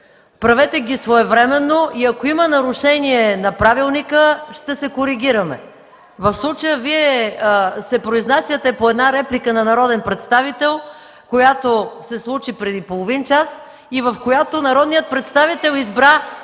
Правете ги своевременно и ако има нарушение на Правилника, ще се коригираме. В случая Вие се произнасяте по една реплика на народен представител, която се случи преди половин час и в която народният представител избра